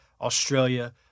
Australia